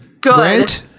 Good